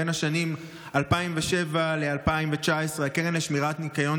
בין השנים 2007 ו-2019 הקרן לשמירת הניקיון